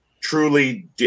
truly